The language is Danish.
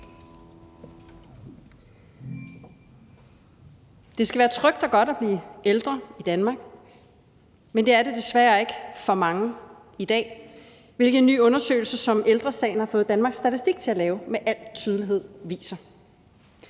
Det skal være trygt og godt at blive ældre i Danmark, men det er det desværre ikke for mange i dag, hvilket en ny undersøgelse, som Ældre Sagen har fået Danmarks Statistik til at lave, med al tydelighed viser.